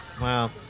Wow